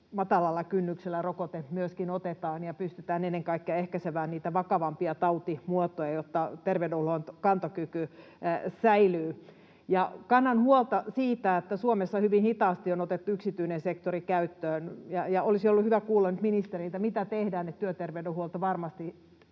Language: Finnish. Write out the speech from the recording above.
matalalla kynnyksellä rokote otetaan ja pystytään ennen kaikkea ehkäisemään niitä vakavampia tautimuotoja, jotta terveydenhuollon kantokyky säilyy. Kannan huolta siitä, että Suomessa hyvin hitaasti on otettu yksityinen sektori käyttöön. Olisi ollut hyvä kuulla nyt ministeriltä, mitä tehdään, että työterveyshuolto varmasti